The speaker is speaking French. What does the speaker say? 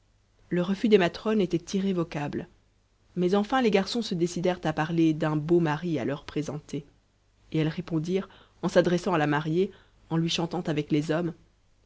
le refus des matrones était irrévocable mais enfin les garçons se décidèrent à parler d'un beau mari à leur présenter et elles répondirent en s'adressant à la mariée en lui chantant avec les hommes